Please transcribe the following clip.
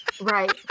Right